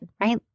Right